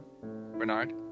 Bernard